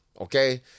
Okay